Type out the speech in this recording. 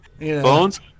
Bones